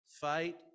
fight